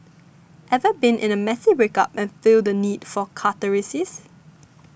ever been in a messy breakup and feel the need for catharsis